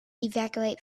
evacuate